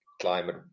climate